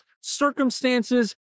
circumstances